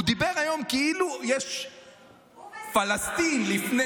הוא דיבר היום כאילו יש Palestine לפני,